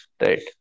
Right